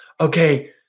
Okay